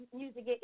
music